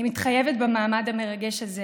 אני מתחייבת במעמד המרגש הזה